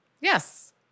Yes